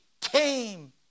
came